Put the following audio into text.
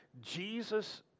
Jesus